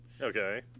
Okay